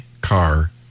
car